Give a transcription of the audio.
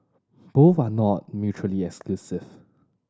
both are not mutually exclusive